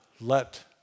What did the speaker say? let